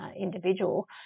individual